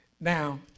Now